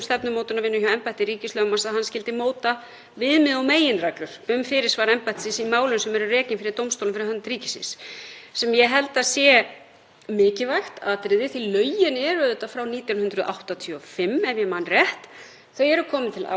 mikilvægt atriði því að lögin eru frá 1985, ef ég man rétt. Þau eru komin til ára sinna, þau eru mjög almenn og taka kannski ekki fullt mið af þeim breytingum sem orðið hafa í samfélaginu, þannig að þetta stendur fyrir dyrum.